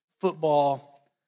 football